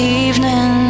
evening